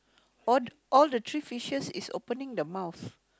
all all the three fishes is opening the mouth